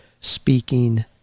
speaking